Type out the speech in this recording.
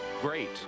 great